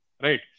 right